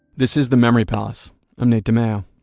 this is the memory palace i'm nate dimeo.